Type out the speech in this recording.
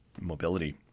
mobility